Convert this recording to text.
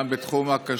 גם בתחום הכשרות,